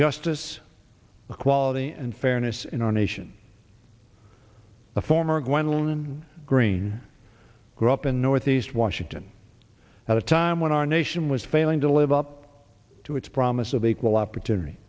justice equality and fairness in our nation the former gwendolen green grew up in northeast washington at a time when our nation was failing to live up to its promise of equal opportunity